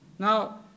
Now